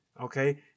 okay